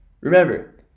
remember